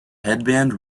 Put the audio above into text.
headband